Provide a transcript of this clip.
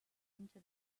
into